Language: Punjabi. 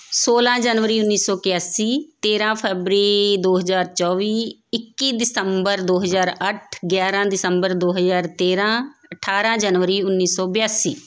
ਸੋਲਾਂ ਜਨਵਰੀ ਉੱਨੀ ਸੌ ਇਕਾਸੀ ਤੇਰਾਂ ਫਰਵਰੀ ਦੋ ਹਜ਼ਾਰ ਚੌਵੀ ਇੱਕੀ ਦਸੰਬਰ ਦੋ ਹਜ਼ਾਰ ਅੱਠ ਗਿਆਰਾਂ ਦਿਸੰਬਰ ਦੋ ਹਜ਼ਾਰ ਤੇਰਾਂ ਅਠਾਰਾਂ ਜਨਵਰੀ ਉੱਨੀ ਸੌ ਬਿਆਸੀ